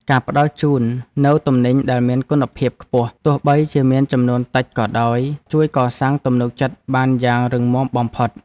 ការផ្ដល់ជូននូវទំនិញដែលមានគុណភាពខ្ពស់ទោះបីជាមានចំនួនតិចក៏ដោយ ជួយកសាងទំនុកចិត្តបានយ៉ាងរឹងមាំបំផុត។